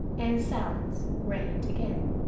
and silence reigned again.